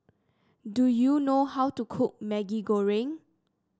do you know how to cook Maggi Goreng